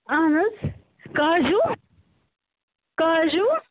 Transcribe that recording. اَہَن حظ کاجوٗ کاجوٗ